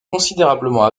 considérablement